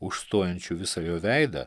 užstojančiu visą jo veidą